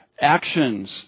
actions